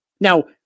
Now